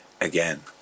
again